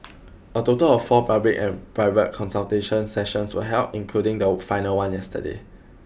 a total of four public and private consultation sessions were held including the final one yesterday